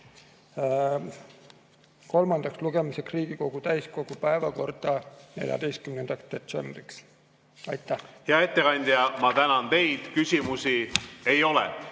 kolmandaks lugemiseks Riigikogu täiskogu päevakorda 14. detsembriks. Aitäh! Hea ettekandja, ma tänan teid. Küsimusi ei ole.